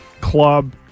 club